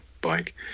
bike